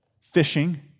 fishing